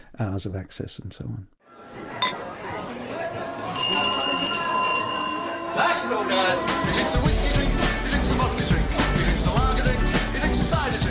hours of access and so um on.